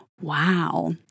Wow